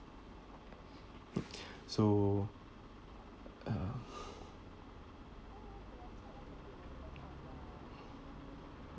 so uh